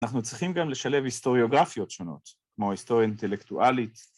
‫אנחנו צריכים גם לשלב היסטוריוגרפיות ‫שונות, כמו היסטוריה אינטלקטואלית.